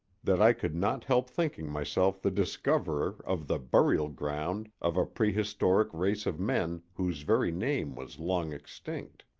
that i could not help thinking myself the discoverer of the burial-ground of a prehistoric race of men whose very name was long extinct.